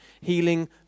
Healing